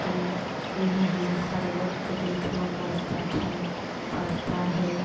तो उन्हें हमें हर वक़्त देखना पड़ता था पड़ता है